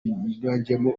yiganjemo